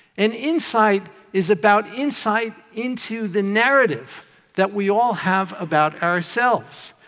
and insight is about insight into the narrative that we all have about ourselves.